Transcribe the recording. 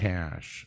Cash